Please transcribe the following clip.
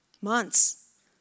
months